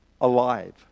alive